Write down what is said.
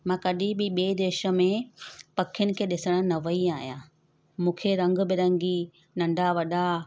मां कॾहिं बि ॿिए देश में पखियुनि खे ॾिसणु न वेई आहियां मूंखे रंग बिरंगी नंढा वॾा